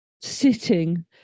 sitting